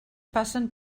passen